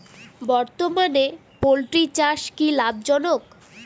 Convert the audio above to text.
বর্তমানে পোলট্রি চাষ কি লাভজনক?